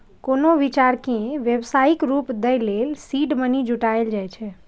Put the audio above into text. कोनो विचार कें व्यावसायिक रूप दै लेल सीड मनी जुटायल जाए छै